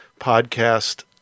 podcast